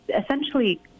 essentially